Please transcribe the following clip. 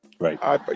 Right